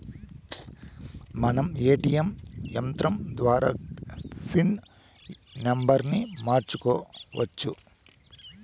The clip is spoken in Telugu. మనం ఏ.టీ.యం యంత్రం ద్వారా పిన్ నంబర్ని మార్చుకోవచ్చు